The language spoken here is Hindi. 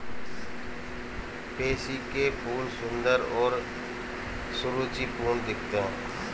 पैंसी के फूल सुंदर और सुरुचिपूर्ण दिखते हैं